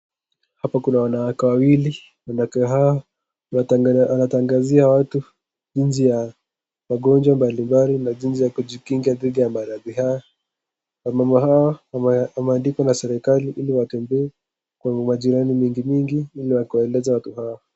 Hapa kuna wanawake wawili. Wanawake hawa wanatangazia watu jinsi ya magonjwa mbalimbali na jinsi ya kujikinga dhidi ya maradhi hayo. Wamama hawa wameandikwa na serikali ili watembee kwenye majirani mingi mingi ili wakieleza watu hawa.